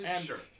Sure